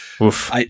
Oof